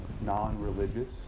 non-religious